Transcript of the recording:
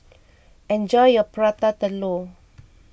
enjoy your Prata Telur